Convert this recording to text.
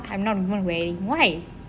I am not not wearing why